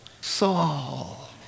Saul